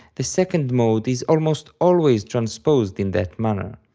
the second mode is almost always transposed in that manner,